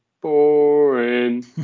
boring